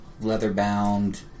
leather-bound